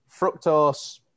fructose